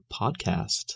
podcast